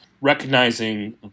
recognizing